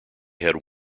had